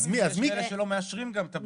יש כאלה שלא מאשרים את הבדיקה.